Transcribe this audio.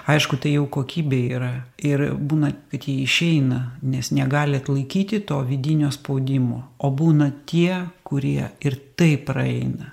aišku tai jau kokybė yra ir būna kad jie išeina nes negali atlaikyti to vidinio spaudimo o būna tie kurie ir tai praeina